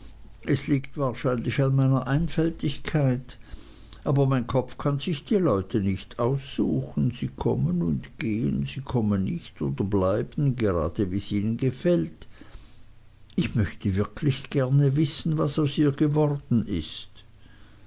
es liegt wahrscheinlich an meiner einfältigkeit aber mein kopf kann sich die leute nicht aussuchen sie kommen und gehen und sie kommen nicht oder bleiben gerade wies ihnen gefällt ich möchte wirklich gerne wissen was aus ihr geworden ist